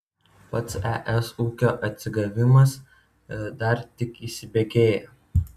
pats es ūkio atsigavimas dar tik įsibėgėja